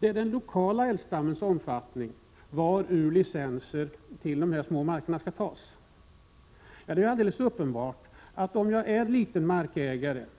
licenserna avseende de små markerna skall beviljas med hänsyn till Prot. 1986/87:113 den lokala älgstammens omfattning.